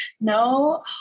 No